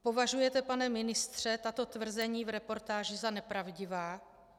Považujete, pane ministře, tato tvrzení v reportáži za nepravdivá?